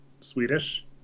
Swedish